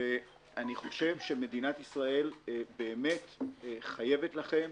אני חושב שמדינת ישראל באמת חייבת לכם.